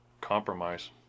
compromise